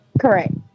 Correct